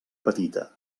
petita